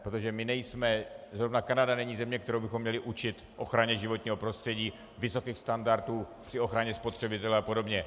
Protože zrovna Kanada není země, kterou bychom měli učit ochraně životního prostředí, vysokým standardům při ochraně spotřebitele a podobně.